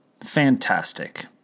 Fantastic